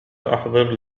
أحضر